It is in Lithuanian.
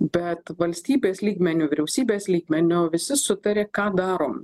bet valstybės lygmeniu vyriausybės lygmeniu visi sutarė ką darom